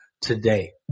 today